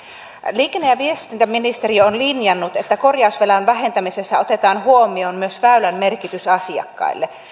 liikenne ja viestintäministeriö on linjannut että korjausvelan vähentämisessä otetaan huomioon myös väylän merkitys asiakkaille